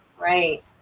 Right